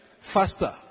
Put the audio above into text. faster